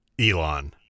Elon